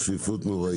צפיפות נוראית.